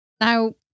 Now